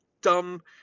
dumb